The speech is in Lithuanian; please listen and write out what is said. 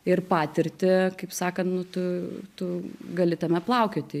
ir patirtį kaip sakant nu tu tu gali tame plaukioti